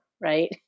right